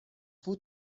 فود